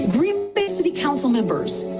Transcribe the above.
green bay city council members,